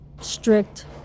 strict